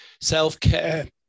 self-care